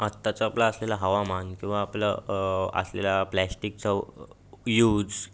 आत्ताचं आपलं असलेलं हवामान किंवा आपलं असलेला प्लॅश्टीकचा यूज